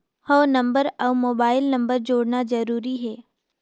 हव नंबर अउ mobile number जोड़ना जरूरी हे?